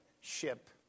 ship